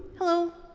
hello.